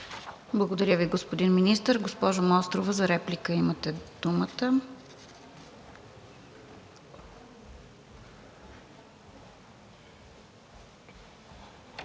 Благодаря Ви, господин Министър. Госпожо Мострова, за реплика имате думата.